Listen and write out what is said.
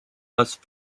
must